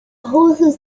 horses